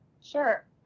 sure